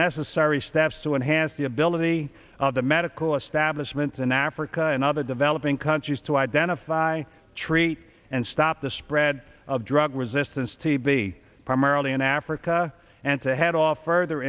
necessary steps to enhance the ability of the medical establishment in africa and other developing countries to identify treat and stop the spread of drug resistance t be primarily in africa and to head off further